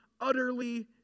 utterly